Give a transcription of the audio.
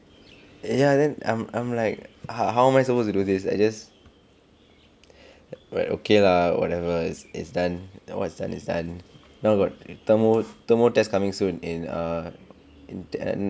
ya then I'm I'm like !huh! how am I supposed to do this I just alright okay lah whatever is is done what's done is done now got thermo thermo test coming soon in a in a ten